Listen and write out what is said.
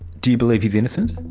do you believe he's innocent?